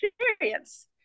experience